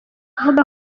kuvuga